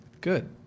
Good